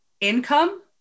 income